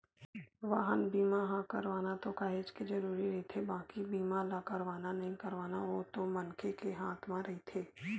बाहन बीमा ह करवाना तो काहेच के जरुरी रहिथे बाकी बीमा ल करवाना नइ करवाना ओ तो मनखे के हात म रहिथे